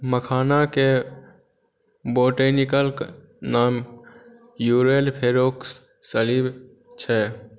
मखानाके बोटनिकल नाम यूरलफेरोक्स सलीब छै